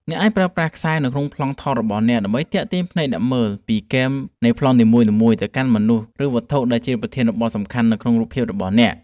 អ្នកអាចប្រើប្រាស់ខ្សែនៅក្នុងប្លង់ថតរូបរបស់អ្នក ដើម្បីទាក់ទាញភ្នែកអ្នកមើលពីគែមនៃប្លង់នីមួយៗទៅកាន់មុខមនុស្ស ឬវត្ថុដែលជាប្រធានបទសំខាន់ក្នុងរូបភាពរបស់អ្នក។